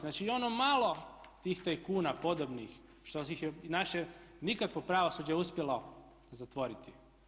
Znači i ono malo tih tajkuna podobnih što ih je i naše nikakvo pravosuđe uspjelo zatvoriti.